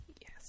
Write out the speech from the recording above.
Yes